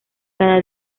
cada